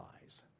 lies